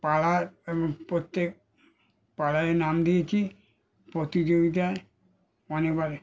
পাড়ার এবং প্রত্যেক পাড়ায় নাম দিয়েছি প্রতিযোগিতায় অনেকবারে